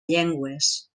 llengües